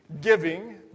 giving